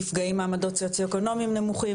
נפגעים מעמדות סוציו אקונומיים נמוכים,